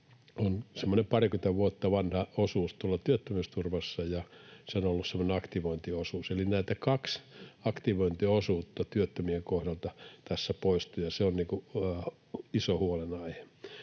on semmoinen parikymmentä vuotta vanha osuus tuolla työttömyysturvassa, ja se on ollut semmoinen aktivointiosuus. Eli nämä kaksi aktivointiosuutta työttömien kohdalta tässä poistuu, ja se on iso huolenaihe.